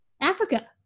Africa